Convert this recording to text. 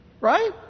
Right